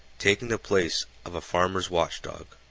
taking the place of a farmer's watchdog.